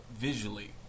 visually